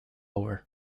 over